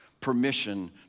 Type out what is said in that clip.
permission